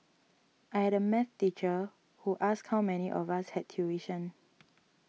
I had a math teacher who asked how many of us had tuition